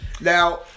Now